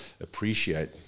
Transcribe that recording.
appreciate